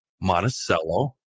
Monticello